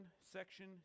Section